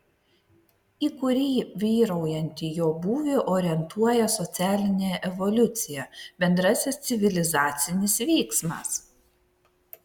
į kurį vyraujantį jo būvį orientuoja socialinė evoliucija bendrasis civilizacinis vyksmas